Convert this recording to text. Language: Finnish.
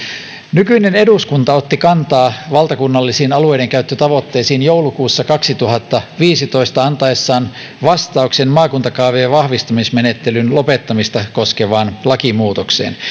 nykyinen eduskunta otti kantaa valtakunnallisiin alueidenkäyttötavoitteisiin joulukuussa kaksituhattaviisitoista antaessaan vastauksen maakuntakaavojen vahvistamismenettelyn lopettamista koskevaan lakimuutokseen